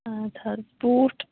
آ بوٗٹھ